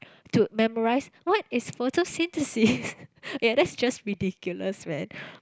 to memorise what is photosynthesis ya that's just ridiculous man